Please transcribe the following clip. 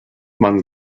mann